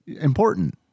important